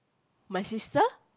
my sister